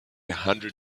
hundred